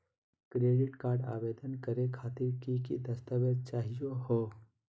Credit card आवेदन करे खातिर की की दस्तावेज चाहीयो हो?